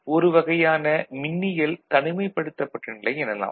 ஒருவகையான மின்னியல் தனிமைப்படுத்தப்பட்ட நிலை எனலாம்